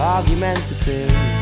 Argumentative